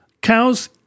Cows